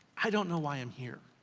i don't know why i'm here.